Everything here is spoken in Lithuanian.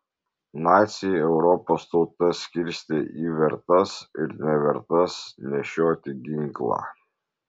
naciai europos tautas skirstė į vertas ir nevertas nešioti ginklą